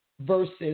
versus